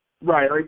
Right